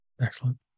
Excellent